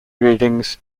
readings